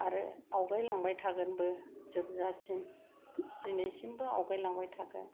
आरो आवगाय लांबाय थागोनबो जोबजासिम दिनैसिमबो आवगायलांबाय थागोन